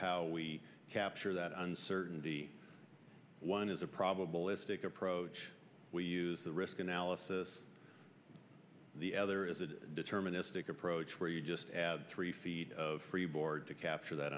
how we capture that uncertainty one is a probabilistic approach we use the risk analysis the other is a deterministic approach where you just have three feet of freeboard to capture that